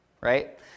right